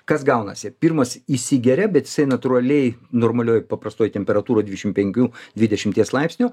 kas gaunasi pirmas įsigeria bet jisai natūraliai normalioj paprastoj temperatūroj dvidešimt penkių dvidešimties laipsnių